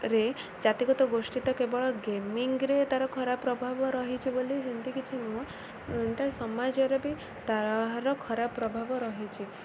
ରେ ଜାତିଗତ ଗୋଷ୍ଠୀ ତ କେବଳ ଗେମିଙ୍ଗରେ ତା'ର ଖରାପ ପ୍ରଭାବ ରହିଛି ବୋଲି ସେମିତି କିଛି ନୁହେଁ ସମାଜରେ ବି ତା'ର ଖରାପ ପ୍ରଭାବ ରହିଛି